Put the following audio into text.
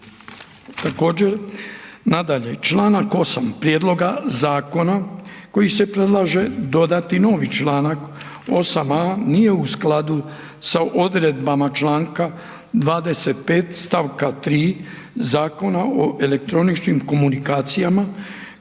Također nadalje čl. 8. prijedloga zakona koji se predlaže dodati novi čl. 8.a nije u skladu sa odredbama čl. 25. st. 3. Zakona o elektroničkim komunikacijama